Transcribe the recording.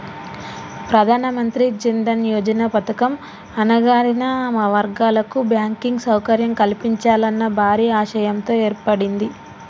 ప్రధానమంత్రి జన్ దన్ యోజన పథకం అణగారిన వర్గాల కు బ్యాంకింగ్ సౌకర్యం కల్పించాలన్న భారీ ఆశయంతో ఏర్పడింది